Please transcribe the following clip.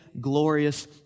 glorious